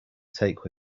take